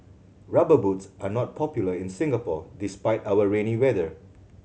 Rubber Boots are not popular in Singapore despite our rainy weather